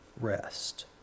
rest